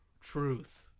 Truth